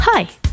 Hi